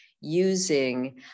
using